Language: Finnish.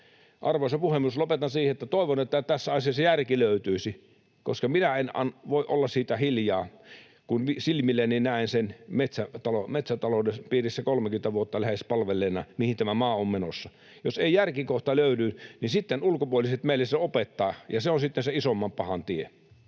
Arvoisa puhemies! Lopetan siihen, että toivon, että tässä asiassa järki löytyisi, koska minä en voi olla siitä hiljaa, kun silmilläni näen sen metsätalouden piirissä lähes 30 vuotta palvelleena, mihin tämä maa on menossa. Jos ei järki kohta löydy, niin sitten ulkopuoliset meille sen opettavat, ja se on sitten se isomman pahan tie.